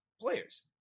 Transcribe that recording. players